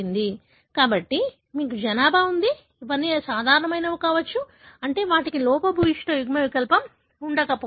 కాబట్టి మీకు జనాభా ఉంది ఇవన్నీ సాధారణమైనవి కావచ్చు అంటే వాటికి లోపభూయిష్ట యుగ్మవికల్పం ఉండకపోవచ్చు